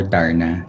Darna